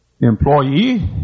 Employee